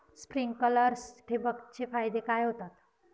Sprinklers ठिबक चे फायदे काय होतात?